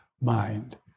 mind